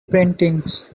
paintings